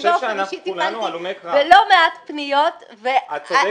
באופן אישי טיפלתי בלא מעט פניות -- את צודקת.